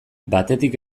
batetik